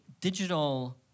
digital